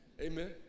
Amen